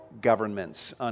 governments